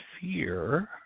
fear